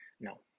No